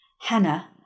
Hannah